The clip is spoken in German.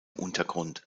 untergrund